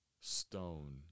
stone